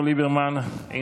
לי